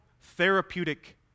therapeutic